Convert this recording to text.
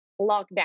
lockdown